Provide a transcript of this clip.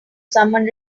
someone